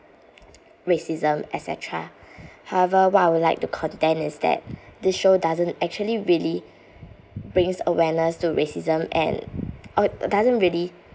racism et cetera however what I would like to contend is that this show doesn't actually really brings awareness to racism and oh doesn't really